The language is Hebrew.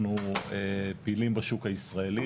אנחנו פעילים בשוק הישראלי,